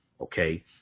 okay